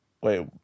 wait